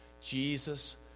Jesus